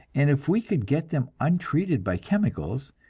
and if we could get them untreated by chemicals,